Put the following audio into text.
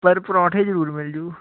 ਪਰ ਪਰੌਂਠੇ ਜਰੂਰ ਮਿਲਜੂ